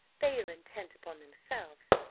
they are intent upon themselves.